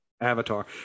Avatar